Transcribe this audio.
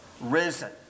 risen